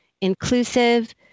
inclusive